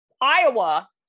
Iowa